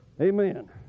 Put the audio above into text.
Amen